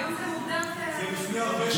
היום זה מוגדר --- זה לפני הרבה שנים.